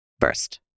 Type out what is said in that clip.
first